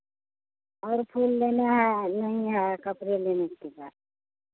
और फूल लेना है नहीं है कपड़े लेने के बाद